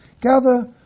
Gather